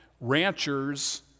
Ranchers